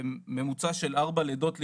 ממוצע של ארבע לידות לאישה.